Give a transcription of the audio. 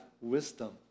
wisdom